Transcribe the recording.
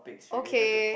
okay